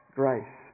grace